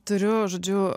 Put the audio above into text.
turiu žodžiu